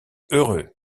heureux